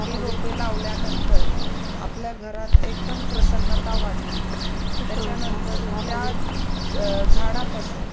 ही रोपे लावल्यानंतर आपल्या घरात एकदम प्रसन्नता वाटते त्याच्यानंतर त्या झाडापासून